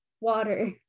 water